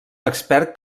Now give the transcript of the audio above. expert